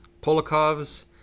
Polakovs